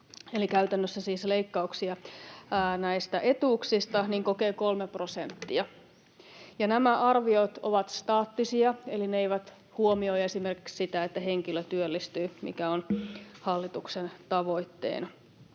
eli käytännössä leikkauksia etuuksista — kokee 3 prosenttia. Nämä arviot ovat staattisia, eli ne eivät huomioi esimerkiksi sitä, että henkilö työllistyy, mikä on hallituksen tavoitteena.